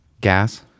Gas